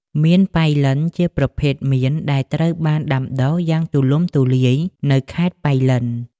មៀនប៉ៃលិន ជាប្រភេទមៀនដែលត្រូវបានដាំដុះយ៉ាងទូលំទូលាយនៅខេត្តប៉ៃលិន។